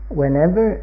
whenever